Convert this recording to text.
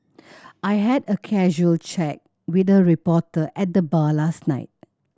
I had a casual chat with a reporter at the bar last night